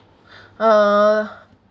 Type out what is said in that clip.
uh